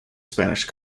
spanish